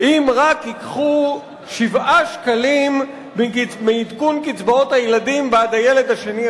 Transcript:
אם רק ייקחו 7 שקלים מעדכון קצבאות הילדים בעד הילד השני,